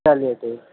چلیے ٹھیک